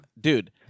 dude